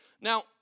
Now